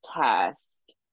test